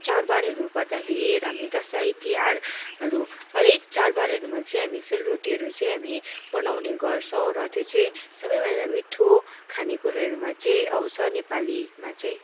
चाड बाडहरू गर्दाखेरि हामी दसैँ तिहारहरू हरेक चाड बाडहरूमा चाहिँ हामी सेलरोटीहरू चाहिँ हामी बनाउने गर्छौँ र त्यो चाहिँ सबैभन्दा मिठो खाने कुराहरूमा चाहिँ आउँछ नेपालीमा चाहिँ